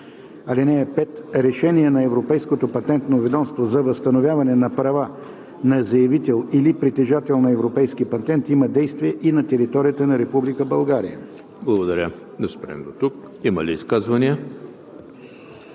(5) Решение на Европейското патентно ведомство за възстановяване на права на заявител или притежател на европейски патент има действие и на територията на Република България.“ ПРЕДСЕДАТЕЛ ЕМИЛ ХРИСТОВ: Има ли изказвания?